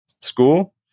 school